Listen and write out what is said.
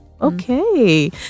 Okay